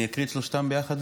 אני אקריא את שלושתן ביחד?